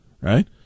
Right